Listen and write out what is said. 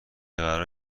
قرار